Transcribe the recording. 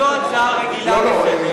זו לא הצעה רגילה לסדר-היום,